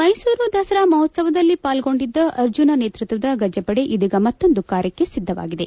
ಮೈಸೂರು ದಸರಾ ಮಹೋತ್ಸವದಲ್ಲಿ ಪಾಲ್ಗೊಂಡಿದ್ದ ಅರ್ಜುನ ನೇತೃತ್ವದ ಗಜಪಡೆ ಇದೀಗ ಮತ್ತೊಂದು ಕಾರ್ಯಕ್ಕ ಸಿದ್ದವಾಗಿದೆ